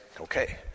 okay